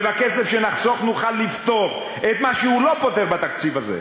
ובכסף שנחסוך נוכל לפתור את מה שהוא לא פותר בתקציב הזה,